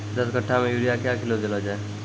दस कट्ठा मे यूरिया क्या किलो देलो जाय?